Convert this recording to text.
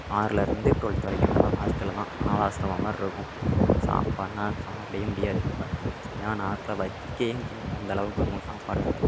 ஆறிலருந்து twelfth வரைக்கும் அங்கேதான் ஹாஸ்டலில்தான் அனாதை ஆஸிரமம் மாதிரி இருக்கும் சாப்பாடெல்லாம் சாப்பிடவே முடியாது அப்போ ஏன் நாக்கில் வைக்கவே முடியாது அந்தளவுக்கு இருக்கும் சாப்பாடு வந்து